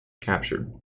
captured